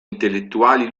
intellettuali